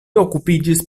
okupiĝis